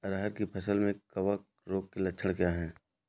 अरहर की फसल में कवक रोग के लक्षण क्या है?